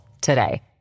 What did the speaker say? today